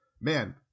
man